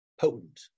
potent